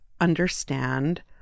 understand